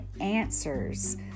answers